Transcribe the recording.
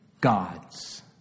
gods